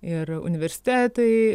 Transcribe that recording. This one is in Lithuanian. ir universitetai